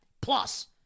Plus